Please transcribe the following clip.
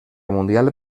mundial